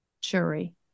jury